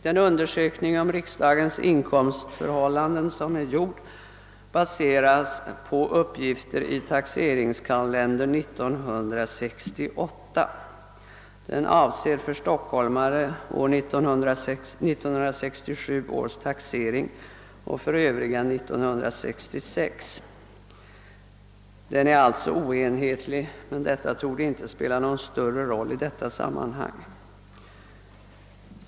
Den undersökning om riksdagsmännens inkomstförhållanden som är gjord, baseras på uppgifter i taxeringskalendern 1968. Den avser för stockholmare 1967 års taxering och för övriga 1966 års taxering. Den är alltså oenhetlig, men det torde inte spela någon större roll i detta sammanhang.